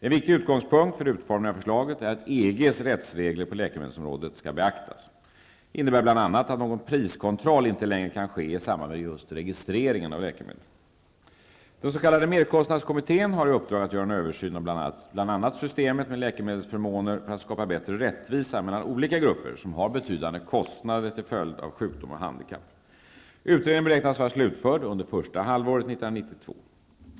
En viktig utgångspunkt för utformningen av förslaget är att EG:s rättsregler på läkemedelsområdet skall beaktas. Detta innebär bl.a. att någon priskontroll inte längre kan ske i samband med just registrering av läkemedel. Den s.k. merkostnadskommittén har i uppdrag att göra en översyn av bl.a. systemet med läkemedelsförmåner för att skapa bättre rättvisa mellan olika grupper som har betydande kostnader till följd av sjukdom och handikapp. Utredningen beräknas vara slutförd under första halvåret 1992.